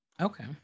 Okay